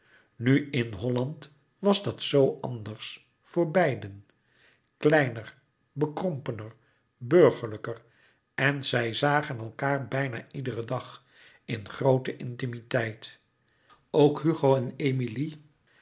nu in holland was dat zoo anders voor beiden kleiner bekrompener burgerlijker en zij zagen elkaâr bijna iederen dag in groote intimiteit ook hugo en emilie